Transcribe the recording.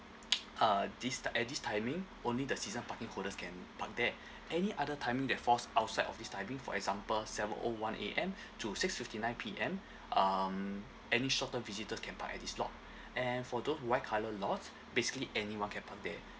uh this uh at this timing only the season parking holders can park there any other timing they're are force outside of this timing for example seven o one A_M to six fifty nine P_M um any short term visitors can park at this lot and for the white colour lots basically anyone can park there